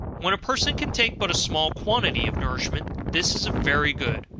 when a person can take but a small quantity of nourishment, this is very good.